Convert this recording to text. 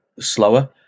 slower